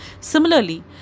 Similarly